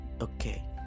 Okay